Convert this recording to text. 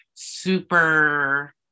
super